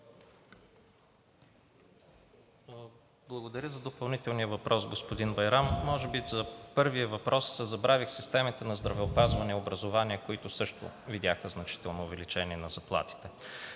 Благодаря за допълнителния въпрос, господин Байрам. Може би за първия въпрос – забравих системите на здравеопазване и образование, които също видяха значително увеличение на заплатите.